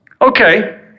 Okay